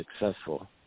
successful